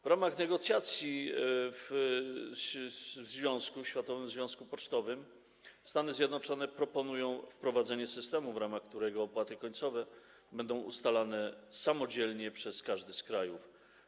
W ramach negocjacji ze Światowym Związkiem Pocztowym Stany Zjednoczone proponują wprowadzenie systemu, w ramach którego opłaty końcowe będą ustalane samodzielne przez każdy z krajów.